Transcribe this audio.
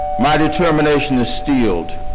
my determination is dealed.